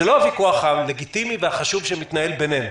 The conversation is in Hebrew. זה לא הוויכוח הלגיטימי והחשוב שמתנהל בינינו.